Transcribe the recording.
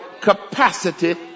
capacity